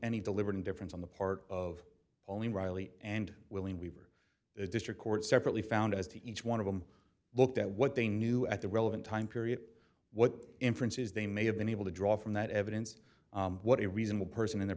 any deliberate indifference on the part of only reilly and willing weaver the district court separately found as to each one of them looked at what they knew at the relevant time period what inferences they may have been able to draw from that evidence what a reasonable person in their